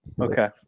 Okay